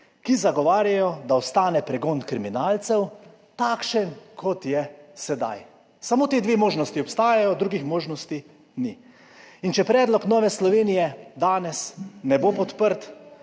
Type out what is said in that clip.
ki zagovarjajo, da ostane pregon kriminalcev takšen, kot je sedaj. Samo ti dve možnosti obstajata, drugih možnosti ni. Če predlog Nove Slovenije danes ne bo podprt,